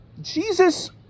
Jesus